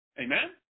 Amen